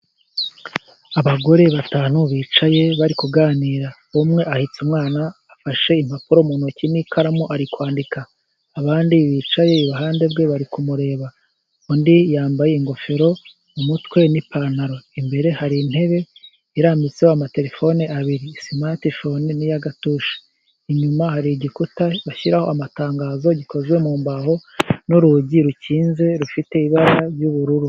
Abagore batanu bicaye bari kuganira, umwe ahetse umwana, afashe impapuro mu ntoki n'ikaramu, ari kwandika, abandi bicaye iruhande rwe bari kumureba, undi yambaye ingofero mu mutwe n'ipantaro. Imbere hari intebe irambitseho amatelefone abiri, simati fone n'iya gatoroshi, inyuma hari igikuta bashyiraho amatangazo, gikoze mu mbaho n'urugi rukinze rufite ibara ry'ubururu.